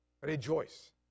Rejoice